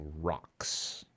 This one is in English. rocks